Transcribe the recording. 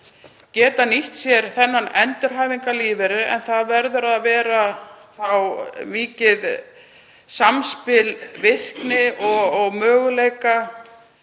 geti nýtt sér þennan endurhæfingarlífeyri, en það verður þá að vera mikið samspil virkni og möguleika